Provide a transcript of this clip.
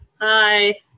Hi